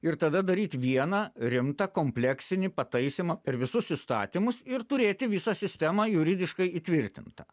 ir tada daryt vieną rimtą kompleksinį pataisymą ir visus įstatymus ir turėti visą sistemą juridiškai įtvirtintą